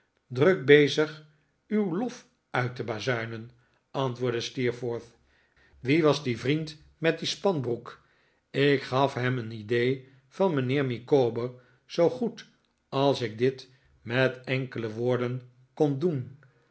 druk bezig uw lof uit te bazuinen antwoordde steerforth wie was die vriend met die spanbroek ik gaf hem een idee van mijnheer micawber zoo goed als ik dit met enkele woorden kon doen